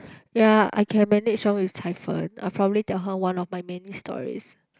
ya I can manage her with Cai Fen I probably tell her one of my many stories